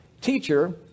Teacher